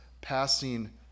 passing